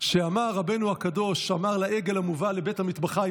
שאמר רבינו הקדוש לעגל המובא לבית המטבחיים,